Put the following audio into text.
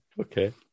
Okay